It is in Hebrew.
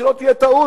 שלא תהיה טעות,